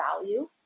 value